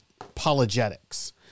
apologetics